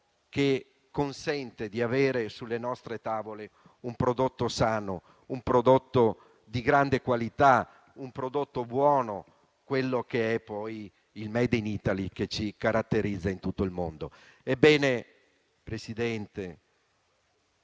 che consente di avere sulle nostre tavole un prodotto sano, di grande qualità, buono, che è poi il *made in Italy* che ci caratterizza in tutto il mondo. Ebbene, Presidente,